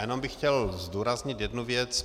Jenom bych chtěl zdůraznit jednu věc.